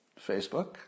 Facebook